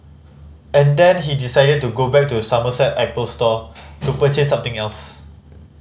and then he decided to go back to Somerset Apple store to purchase something else